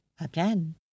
again